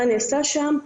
מה נעשה שם,